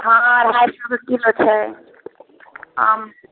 हँ अढ़ाइ सए के किलो छै आम